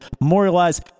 memorialize